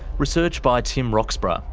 research by tim roxburgh,